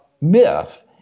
myth